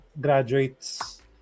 graduates